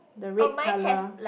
the red colour